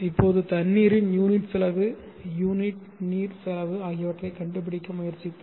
இப்போது தண்ணீரின் யூனிட் செலவு யூனிட் நீர் செலவு ஆகியவற்றைக் கண்டுபிடிக்க முயற்சிப்போம்